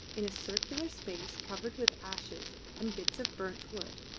in a circular space covered with ashes and bits of burnt wood.